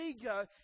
ego